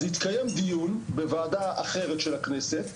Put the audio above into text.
אז התקיים דיון בוועדה אחרת של הכנסת,